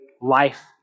life